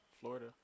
Florida